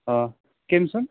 آ کٔمۍ سُنٛد